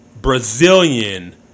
Brazilian